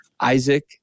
Isaac